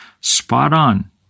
spot-on